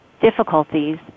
difficulties